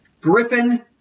Griffin